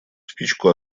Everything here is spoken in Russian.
спичку